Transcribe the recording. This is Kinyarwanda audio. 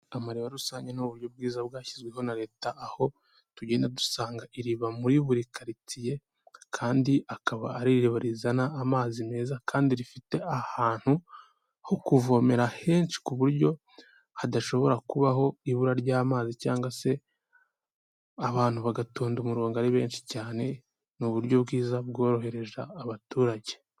Amariba rusange ni uburyo bwiza bwashyizweho na leta, aho tugenda dusanga iriba muri buri karitsiye, kandi akaba ari iriba rizana amazi meza kandi rifite ahantu ho kuvomera henshi ku buryo hadashobora kubaho ibura ry'amazi cyangwa se abantu bagatonda umurongo ari benshi cyane, ni uburyo bwiza bworohereza abaturage.